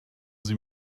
sie